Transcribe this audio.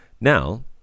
Now